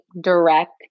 direct